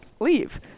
leave